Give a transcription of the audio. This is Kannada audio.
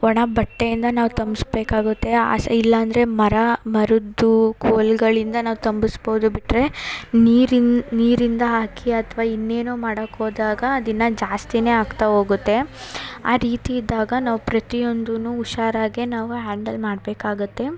ಒಣ ಬಟ್ಟೆಯಿಂದ ನಾವು ತಂಪ್ಸಬೇಕಾಗುತ್ತೆ ಆಸೆ ಇಲ್ಲಾಂದರೆ ಮರ ಮರದ್ದು ಕೋಲ್ಗಳಿಂದ ನಾವು ತಂಬಿಸ್ಬೋದು ಬಿಟ್ಟರೆ ನೀರಿನ ನೀರಿಂದ ಹಾಕಿ ಅಥ್ವಾ ಇನ್ನೇನೋ ಮಾಡಕ್ಕೆ ಹೋದಾಗ ಅದು ಇನ್ನು ಜಾಸ್ತಿಯೇ ಆಗ್ತಾ ಹೋಗುತ್ತೆ ಆ ರೀತಿ ಇದ್ದಾಗ ನಾವು ಪ್ರತಿಯೊಂದೂನು ಹುಷಾರಾಗೆ ನಾವು ಹ್ಯಾಂಡಲ್ ಮಾಡ್ಬೇಕಾಗುತ್ತೆ